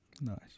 Nice